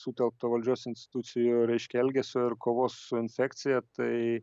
sutelkto valdžios institucijų reiškia elgesio ir kovos su infekcija tai